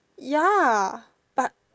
ya but